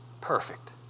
perfect